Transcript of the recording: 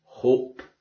Hope